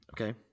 Okay